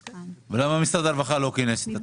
למה משרד הרווחה לא כינס את הצוות?